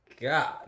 God